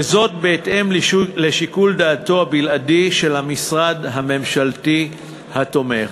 וזאת בהתאם לשיקול דעתו הבלעדי של המשרד הממשלתי התומך,